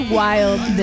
wild